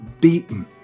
beaten